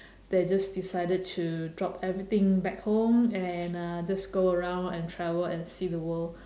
they just decided to drop everything back home and uh just go around and travel and see the world